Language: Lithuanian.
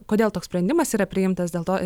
kodėl toks sprendimas yra priimtas dėl to